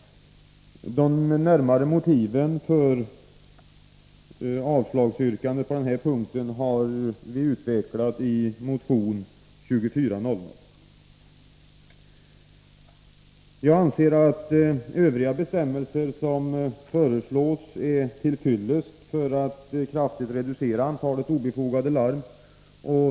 De närmare motiven för avslagsyrkandet på den här punkten har vi utvecklat i motion 2400. Vi anser att övriga bestämmelser som föreslås är till fyllest för att kraftigt reducera antalet obefogade larm.